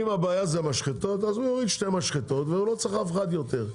אם הבעיה זה המשחטות אז הוא יורד שתי משחטות והוא לא צריך אף אחד יותר.